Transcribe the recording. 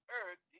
earth